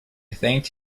thanked